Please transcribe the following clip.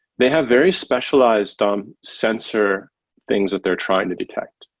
they have very specialized um sensor things that they're trying to detect.